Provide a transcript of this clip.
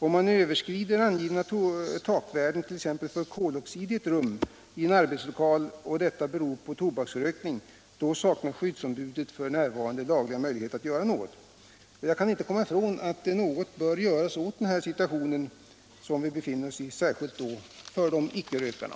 Om de angivna takvärdena, t.ex. beträffande koloxid, överskrids i en arbetslokal och detta beror på tobaksrökning, saknar skyddsombudet f. n. lagliga möjligheter att göra något. Jag kan inte komma ifrån att någonting måste göras åt den här situationen, särskilt då med tanke på icke-rökarna.